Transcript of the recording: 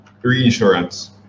Reinsurance